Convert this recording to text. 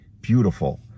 beautiful